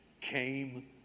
came